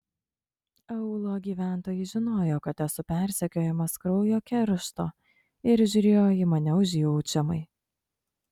aūlo gyventojai žinojo kad esu persekiojamas kraujo keršto ir žiūrėjo į mane užjaučiamai